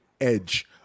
edge